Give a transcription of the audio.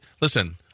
listen